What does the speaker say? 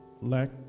lack